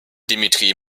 dimitri